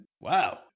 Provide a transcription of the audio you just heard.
Wow